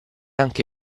anche